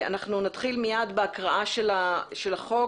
נתחיל מייד בהקראת החוק.